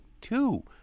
two